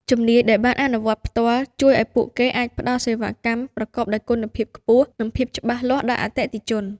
ជំនាញដែលបានអនុវត្តផ្ទាល់ជួយឱ្យពួកគេអាចផ្តល់សេវាកម្មប្រកបដោយគុណភាពខ្ពស់ និងភាពច្បាស់លាស់ដល់អតិថិជន។